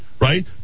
right